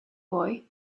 boy